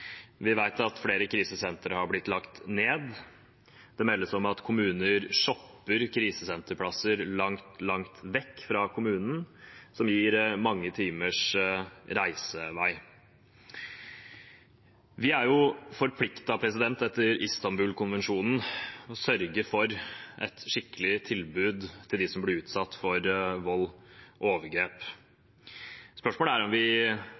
Vi vet at flere krisesentre har blitt lagt ned. Det meldes om at kommuner shopper krisesenterplasser langt vekk fra kommunen – noe som gir mange timers reisevei. Vi er etter Istanbul-konvensjonen forpliktet til å sørge for et skikkelig tilbud til dem som blir utsatt for vold og overgrep. Spørsmålet er om vi